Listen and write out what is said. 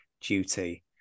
duty